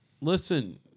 listen